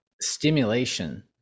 stimulation